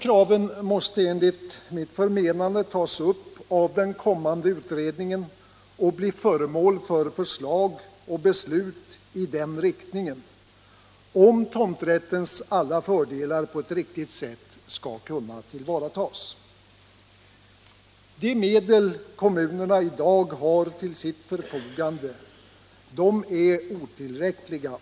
Dessa krav måste enligt mitt förmenande tas upp av den kommande utredningen och bli föremål för förslag och beslut i den anvisade riktningen, om tomträttens alla fördelar på ett riktigt sätt skall kunna tillvaratas. De medel kommunerna i dag har till sitt förfogande är otillräckliga.